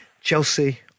Chelsea